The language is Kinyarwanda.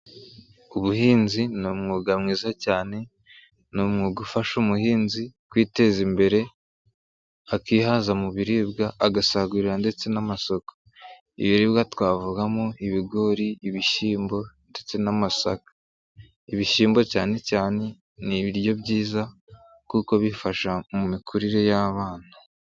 Ubuhinzi ni umwuga mwiza cyane. Ni umwuga ufasha umuhinzi kwiteza imbere, akihaza mu biribwa, agasagurira ndetse n'amasoko. Ibiribwa twavugamo: ibigori, ibishyimbo ndetse n'amasaka. Ibishyimbo cyane cyane ni ibiryo byiza kuko bifasha mu mikurire y'abana.